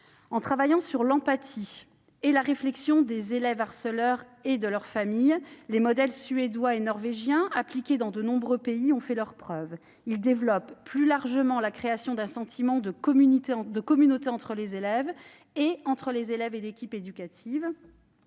En travaillant sur l'empathie et la réflexion des élèves harceleurs et de leurs familles, les modèles suédois et norvégien, appliqués dans de nombreux autres pays, ont fait leurs preuves. Ils sont plus favorables à la création d'un sentiment de communauté entre les élèves, et entre les élèves et l'équipe éducative.